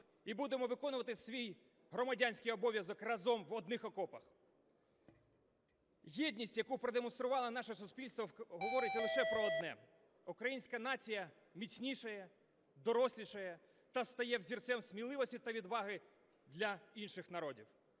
і будемо виконувати свій громадянський обов'язок разом в одних окопах. Єдність, яку продемонструвало наше суспільство, говорить лише про одне: українська нація міцнішає, дорослішає та стає взірцем сміливості та відваги для інших народів.